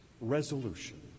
resolution